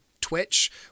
twitch